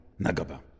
Nagaba